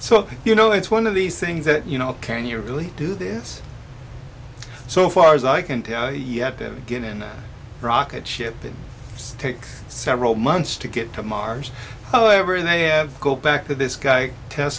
so you know it's one of these things that you know can you really do this so far as i can tell you have to get in a rocket ship it takes several months to get to mars however they have go back to this guy tes